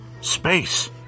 space